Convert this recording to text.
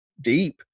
deep